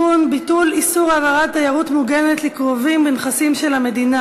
ותעבור לדיון בוועדת החוץ והביטחון.